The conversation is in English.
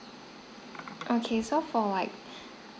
okay so for like